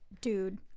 Dude